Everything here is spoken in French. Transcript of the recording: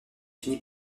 finit